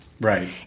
Right